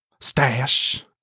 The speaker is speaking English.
stash